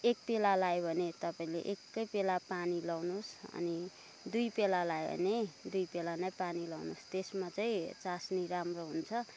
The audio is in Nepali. एक प्याला लगायो भने तपाईँले एकै प्याला पानी लाउनुहोस् अनि दुई प्याला लगायो भने दुई प्याला नै पानी लाउनुहोस् त्यसमा चाहिँ चास्नी राम्रो हुन्छ